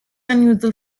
unusual